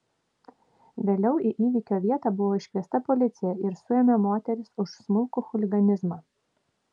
vėliau į įvykio vietą buvo iškviesta policija ir suėmė moteris už smulkų chuliganizmą